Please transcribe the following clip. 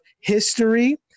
history